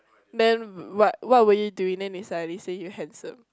man what what were you doing then they suddenly say you handsome